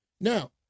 Now